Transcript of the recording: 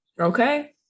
okay